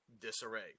disarray